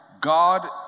God